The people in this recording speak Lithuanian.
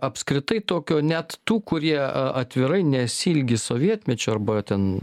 apskritai tokio net tų kurie atvirai nesiilgi sovietmečio arba ten